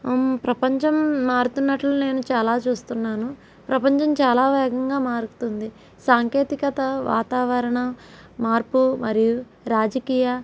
ప్రపంచం మారుతున్నట్లు నేను చాలా చూస్తున్నాను ప్రపంచం చాలా వేగంగా మారుతుంది సాంకేతికత వాతావరణ మార్పు మరియు రాజకీయ